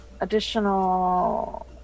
additional